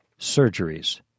surgeries